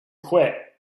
quit